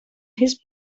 his